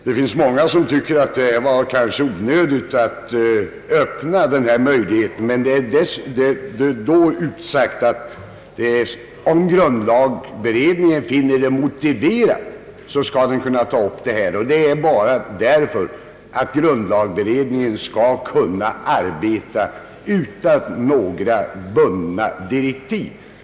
Det finns många som tycker att det kanske var onödigt att öppna denna möjlighet. Men det är samtidigt utsagt att om grundlagberedningen finner det motiverat skall den kunna ta upp detta spörsmål, och detta bara därför att grundlagberedningen skall kunna arbeta utan några bindande direktiv.